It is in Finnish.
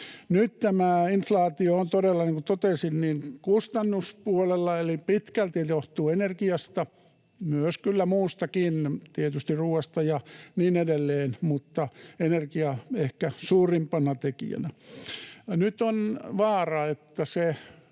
Nyt tämä inflaatio on todella, niin kuin totesin, kustannuspuolella eli pitkälti johtuu energiasta, myös kyllä muustakin, tietysti ruoasta ja niin edelleen, mutta energia ehkä suurimpana tekijänä. Nyt on vaara, että